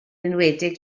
enwedig